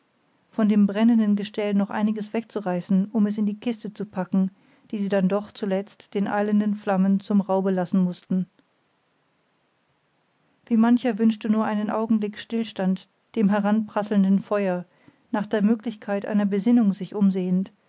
von dem brennenden gestell noch einiges wegzureißen um es in die kiste zu packen die sie denn doch zuletzt den eilenden flammen zum raube lassen mußten wie mancher wünschte nur einen augenblick stillstand dem heranprasselnden feuer nach der möglichkeit einer besinnung sich umsehend